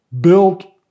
built